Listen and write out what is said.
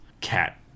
cat